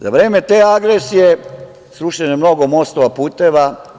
Za vreme te agresije srušeno je mnogo mostova i puteva.